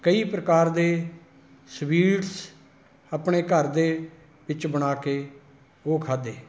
ਕਈ ਪ੍ਰਕਾਰ ਦੇ ਸਵੀਟਸ ਆਪਣੇ ਘਰ ਦੇ ਵਿੱਚ ਬਣਾ ਕੇ ਉਹ ਖਾਧੇ